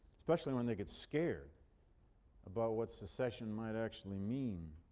especially when they get scared about what secession might actually mean.